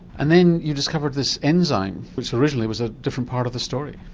and then you discovered this enzyme which originally was a different part of the story.